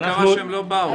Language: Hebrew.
מה קרה שהם לא באו?